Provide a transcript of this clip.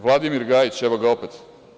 Vladimir Gajić, evo ga opet.